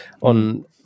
on